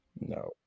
No